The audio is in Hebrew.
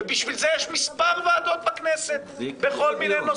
ובשביל זה יש מספר ועדות בכנסת, בכול מיני נושאים.